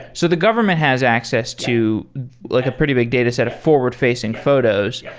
so the government has access to like a pretty big dataset of forward-facing photos.